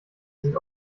sind